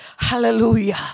Hallelujah